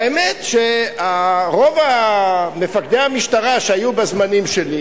והאמת היא שרוב מפקדי המשטרה שהיו בזמנים שלי,